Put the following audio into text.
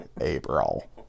April